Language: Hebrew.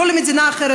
לא למדינה אחרת,